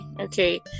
Okay